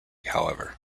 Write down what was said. however